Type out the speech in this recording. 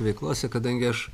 veiklose kadangi aš